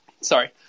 Sorry